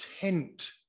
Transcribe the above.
tent